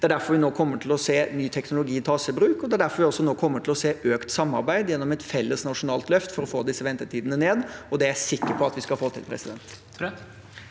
Det er derfor vi nå kommer til å se at ny teknologi tas i bruk, og det er derfor vi også nå kommer til å se økt samarbeid gjennom et felles nasjonalt løft for å få disse ventetidene ned. Det er jeg sikker på at vi skal få til. Tone